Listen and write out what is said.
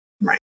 Right